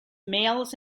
males